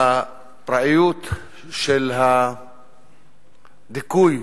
הפראיות של הדיכוי